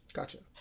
Gotcha